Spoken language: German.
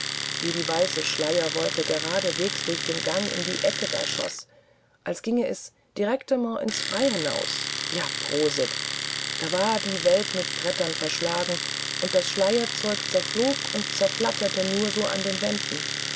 wie die weiße schleierwolke geradeswegs durch den gang in die ecke da schoß als ging es direktement ins freie naus ja prosit da war die welt mit brettern verschlagen und das schleierzeug zerflog und zerflatterte nur so an den wänden